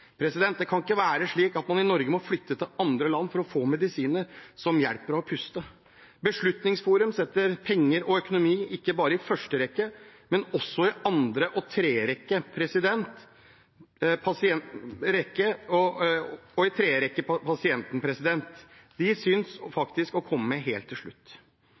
Det kan ikke være slik at man i Norge må flytte til andre land for å få medisiner som hjelper deg å puste. Beslutningsforum setter penger og økonomi, ikke bare i første rekke, men også i andre og